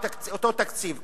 אותו תקציב,